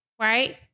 right